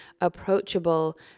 approachable